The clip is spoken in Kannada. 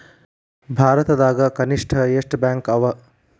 ಭಾರತದಾಗ ಕನಿಷ್ಠ ಎಷ್ಟ್ ಬ್ಯಾಂಕ್ ಅವ?